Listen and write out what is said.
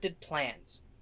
plans